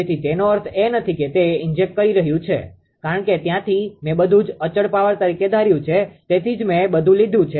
તેથી તેનો અર્થ એ નથી કે તે ઇન્જેક્ટ કરી રહ્યું છે કારણ કે ત્યાંથી મેં બધું જ અચળ પાવર તરીકે ધાર્યું છે તેથી જ મેં બધું લીધું છે